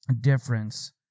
difference